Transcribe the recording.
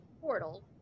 portal